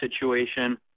situation